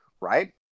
right